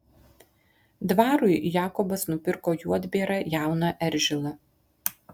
dvarui jakobas nupirko juodbėrą jauną eržilą